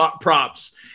props